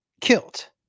kilt